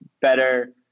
better